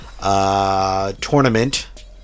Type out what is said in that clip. Tournament